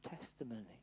testimony